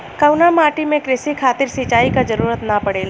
कउना माटी में क़ृषि खातिर सिंचाई क जरूरत ना पड़ेला?